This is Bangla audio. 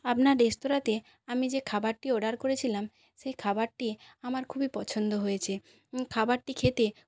আপনার রেস্তোরাঁতে আমি যে খাবারটি অর্ডার করেছিলাম সেই খাবারটি আমার খুবই পছন্দ হয়েছে খাবারটি খেতে